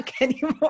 anymore